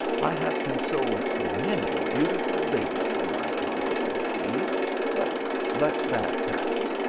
i have consoled many beautiful ladies in my time, said he but let that pass.